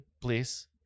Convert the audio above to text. please